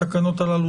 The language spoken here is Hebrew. התקנות הללו,